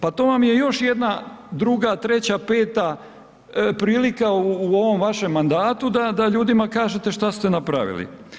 Pa to vam je još jedna druga, treća, peta prilika u ovom vašem mandatu da ljudima kažete šta ste napravili.